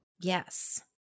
Yes